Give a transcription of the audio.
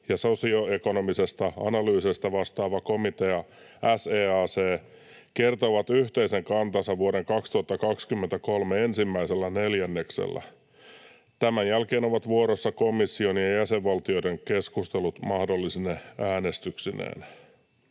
ja sosioekonomisesta analyysista vastaava komitea SEAC kertovat yhteisen kantansa vuoden 2023 ensimmäisellä neljänneksellä. Tämän jälkeen ovat vuorossa komission ja jäsenvaltioiden keskustelut mahdollisine äänestyksineen.